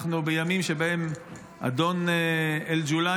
אנחנו בימים שבהם אדון אל-ג'ולאני,